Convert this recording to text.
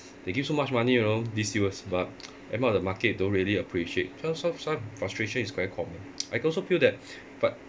they give so much money you know these few years but end up the market don't really appreciate some some some frustration is very common I also feel that but